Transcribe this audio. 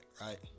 right